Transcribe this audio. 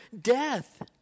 death